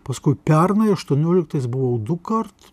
paskui pernai aštuonioliktais buvau dukart